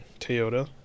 Toyota